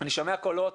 אני שומע קולות